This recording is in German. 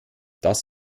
das